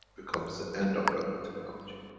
becomes the end of weapon technology.